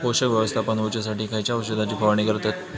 पोषक व्यवस्थापन होऊच्यासाठी खयच्या औषधाची फवारणी करतत?